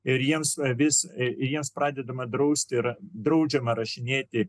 ir jiems į jas pradedama drausti yra draudžiama rašinėti